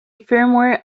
firmware